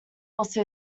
also